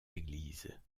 églises